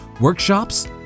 workshops